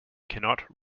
cannot